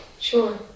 Sure